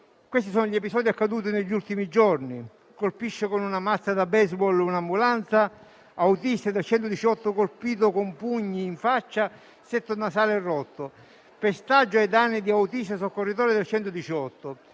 Questi sono gli episodi accaduti negli ultimi giorni: colpisce con una mazza da *baseball* un'ambulanza; autista del 118 colpito con pugni in faccia, setto nasale rotto; pestaggio ai danni di autisti e soccorritori del 118.